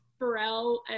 Pharrell